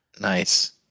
Nice